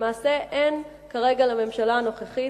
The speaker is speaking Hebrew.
למעשה אין כרגע לממשלה הנוכחית,